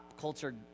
culture